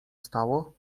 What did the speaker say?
stało